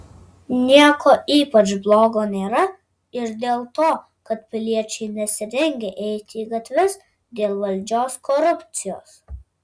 nieko ypač blogo nėra ir dėl to kad piliečiai nesirengia eiti į gatves dėl valdžios korupcijos